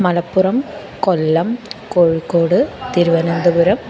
Malappuram Kollam Kozhikode Thiruvananthapuram